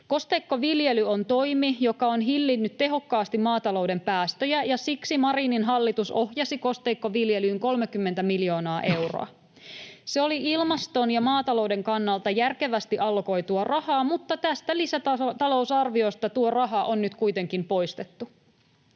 Kosteikkoviljely on toimi, joka on hillinnyt tehokkaasti maatalouden päästöjä, ja siksi Marinin hallitus ohjasi kosteikkoviljelyyn 30 miljoonaa euroa. Se oli ilmaston ja maatalouden kannalta järkevästi allokoitua rahaa, mutta tästä lisätalousarviosta tuo raha on nyt kuitenkin poistettu.